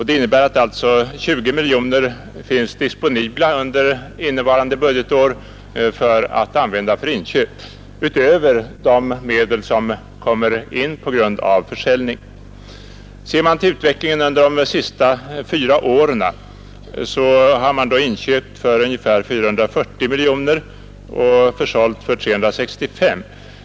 Det innebär att 20 miljoner finns disponibla under innevarande budgetår för att användas till inköp, utöver de medel som kommer in på grund av försäljningar. Under de senaste fyra åren har man köpt för ungefär 440 miljoner och sålt för 365.